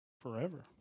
forever